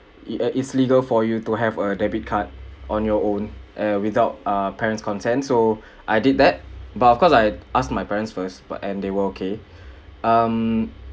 it uh it's legal for you to have a debit card on your own err without uh parents content so I did that but of course I asked my parents first but and they were okay um